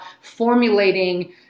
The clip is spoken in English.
formulating